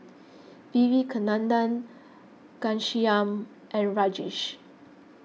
Vivekananda Ghanshyam and Rajesh